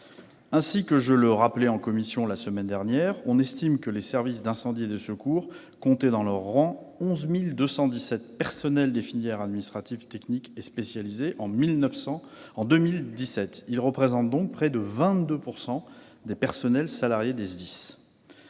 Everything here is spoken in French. Ainsi que je le rappelais en commission la semaine dernière, on estime que les services d'incendie et de secours comptaient dans leurs rangs 11 217 personnels des filières administratives, techniques et spécialisées en 2017. Ils représentent près de 22 % des personnels salariés des SDIS.